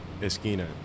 Esquina